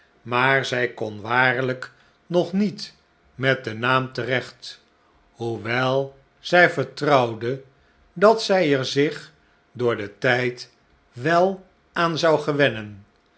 excuseeren maarzij kon waarlijknog niet met den naam terecht hoewel zy vertrouwde dat zij er zich door den tijd wel aan zou gewennen